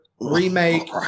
remake